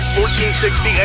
1460